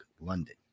London